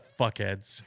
fuckheads